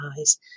eyes